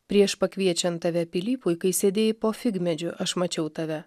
prieš pakviečiant tave pilypui kai sėdėjai po figmedžiu aš mačiau tave